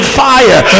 fire